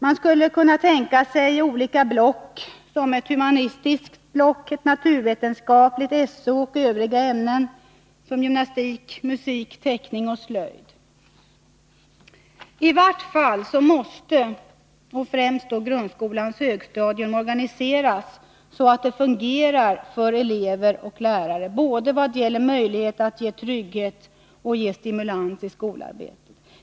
Man skulle kunna tänka sig olika block såsom ett humanistiskt och ett naturvetenskapligt ämnesblock samt block med SO och övriga ämnen som gymnastik, musik, teckning och slöjd. I vart fall måste främst grundskolans högstadium organiseras så att det fungerar för elever och lärare vad gäller möjlighet att både ge trygghet och ge stimulans i skolarbetet.